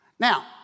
Now